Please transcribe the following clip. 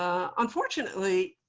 unfortunately,